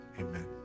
Amen